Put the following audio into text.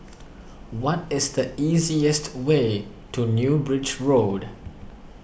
what is the easiest way to New Bridge Road